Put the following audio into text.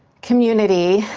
community,